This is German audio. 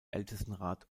ältestenrat